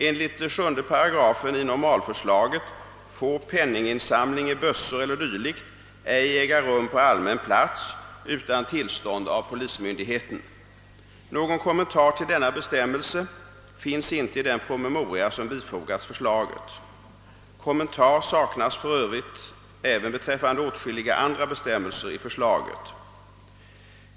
Enligt 7 § i normalförslaget får penninginsamling i bössor eller dylikt ej äga rum på allmän plats utan tillstånd av polismyndigheten. Någon kommentar till denna bestämmelse finns inte i den promemoria som bifogats förslaget. Kommentar saknas för övrigt även beträffande åtskilliga andra bestämmelser i förslaget.